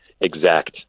exact